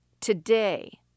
Today